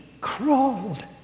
crawled